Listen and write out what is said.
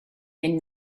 fynd